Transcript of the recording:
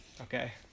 Okay